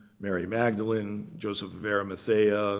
mary magdalene, joseph of arimathea,